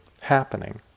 happening